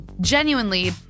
genuinely